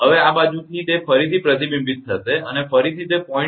હવે આ બાજુથી તે ફરીથી પ્રતિબિંબિત થશે અને ફરીથી તે 0